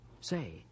Say